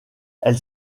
elle